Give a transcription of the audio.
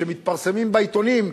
שמתפרסמים בעיתונים,